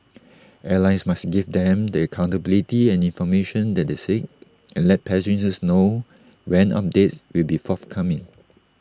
airlines must give them the accountability and information that they seek and let passengers know when updates will be forthcoming